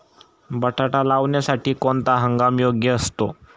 बटाटा लावण्यासाठी कोणता हंगाम योग्य असतो?